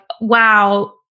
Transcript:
wow